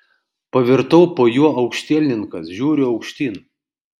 pavirtau po juo aukštielninkas žiūriu aukštyn